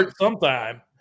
Sometime